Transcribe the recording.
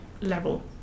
level